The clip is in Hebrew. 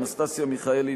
אנסטסיה מיכאלי,